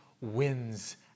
wins